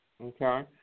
Okay